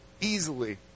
easily